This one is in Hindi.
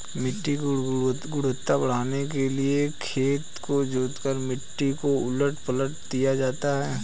मिट्टी की गुणवत्ता बढ़ाने के लिए खेत को जोतकर मिट्टी को उलट पलट दिया जाता है